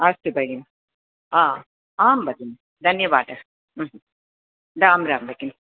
अस्तु भगिनि हा आं भगिनि धन्यवादः रां रां भगिनि